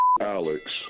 Alex